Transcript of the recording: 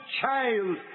child